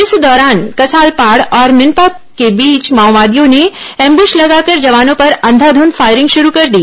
इस दौरान कसालपाड और भिनपा के बीच माओवादियों ने एंब्श लगाकर जवानों पर अंधाध्यध फायरिंग शुरू कर दी